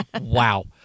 Wow